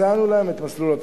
הצענו להם את מסלול התעסוקה.